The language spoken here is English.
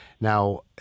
Now